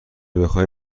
بخای